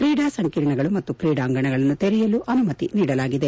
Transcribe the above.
ಕ್ರೀಡಾ ಸಂಕೀರ್ಣಗಳು ಮತ್ತು ತ್ರೀಡಾಂಗಣಗಳನ್ನು ತೆರೆಯಲು ಅನುಮತಿ ನೀಡಲಾಗಿದೆ